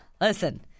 listen